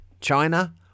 China